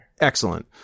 excellent